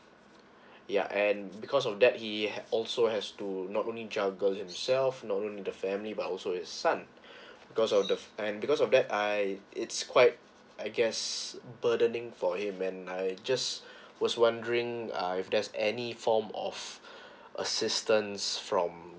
ya and because of that he have also has to not only juggle himself not only in the family but also his son because of the and because of that I it's quite I guess burdening for him and I just was wondering uh if there's any form of assistance from